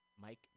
Mike